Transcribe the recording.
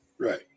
Right